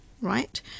right